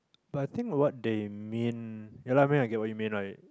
but I think what they mean yeah lah I mean I get what you mean right